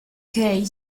cage